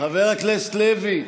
חבר הכנסת לוי,